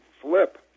flip